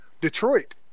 Detroit